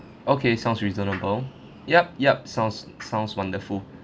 okay sounds reasonable yup yup sounds sounds wonderful